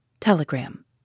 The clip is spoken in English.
Telegram